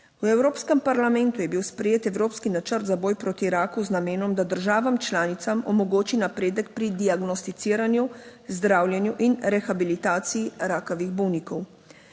V Evropskem parlamentu je bil sprejet evropski načrt za boj proti raku z namenom, da državam članicam omogoči napredek pri diagnosticiranju, zdravljenju in rehabilitaciji rakavih bolnikov.